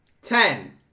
Ten